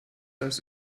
das